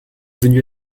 venu